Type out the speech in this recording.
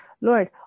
Lord